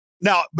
now